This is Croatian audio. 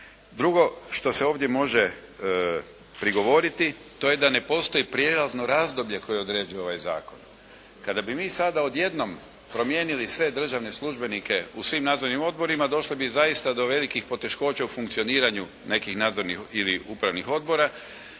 Drugo što se ovdje može prigovoriti to je da ne postoji prijelazno razdoblje koje određuje ovaj zakon. Kada bi mi sada odjednom promijenili sve državne službenike u svim nadzornim odborima došli bi zaista do velikih poteškoća u funkcioniranju nekih nadzornih ili upravnih odbora